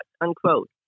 unquote